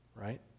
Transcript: right